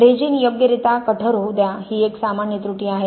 resin योग्यरित्या कठोर होऊ द्या ही एक सामान्य त्रुटी आहे